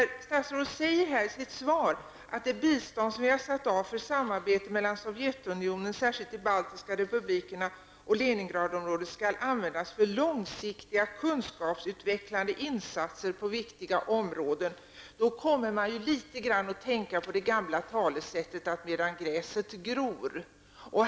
Statsrådet säger i sitt svar att det bistånd som vi har satt av för samarbete med Sovjetunionen, särskilt de baltiska republikerna och Leningradområdet, skall användas för långsiktiga kunskapsutvecklande insatser på viktiga områden. Då kommer man litet grand att tänka på det gamla talesättet: Medan gräset gror --.